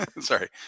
Sorry